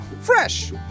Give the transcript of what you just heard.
Fresh